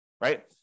right